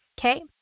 Okay